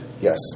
Yes